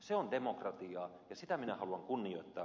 se on demokratiaa ja sitä minä haluan kunnioittaa